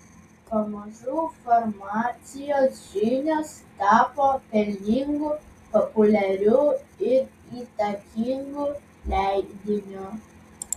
pamažu farmacijos žinios tapo pelningu populiariu ir įtakingu leidiniu